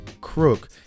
crook